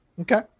Okay